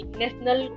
national